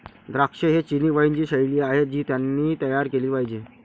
द्राक्षे ही चिनी वाइनची शैली आहे जी त्यांनी तयार केली पाहिजे